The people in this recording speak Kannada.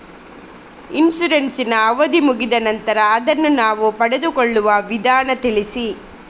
ಇನ್ಸೂರೆನ್ಸ್ ನ ಅವಧಿ ಮುಗಿದ ನಂತರ ಅದನ್ನು ನಾವು ಪಡೆದುಕೊಳ್ಳುವ ವಿಧಾನ ತಿಳಿಸಿ?